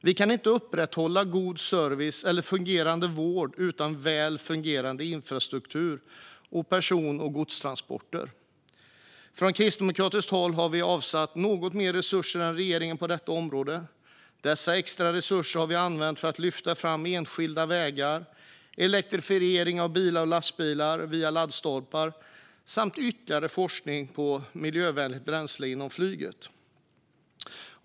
Vi kan inte upprätthålla god service eller fungerande vård utan väl fungerande infrastruktur och person och godstransporter. Från kristdemokratiskt håll har vi avsatt något mer resurser än regeringen på detta område. Dessa extra resurser har vi använt för att lyfta fram enskilda vägar, elektrifiering av bilar och lastbilar via laddstolpar samt ytterligare forskning på miljövänligt bränsle inom flyget.